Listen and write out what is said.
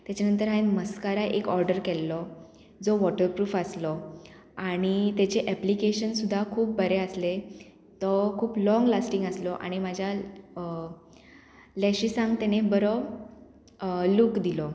तेच्या नंतर हांवें मस्कारा एक ऑर्डर केल्लो जो वॉटरप्रूफ आसलो आनी तेचे एप्लिकेशन सुद्दां खूब बरें आसलें तो खूब लॉंग लास्टींग आसलो आनी म्हाज्या लॅशिसांक तेणे बरो लूक दिलो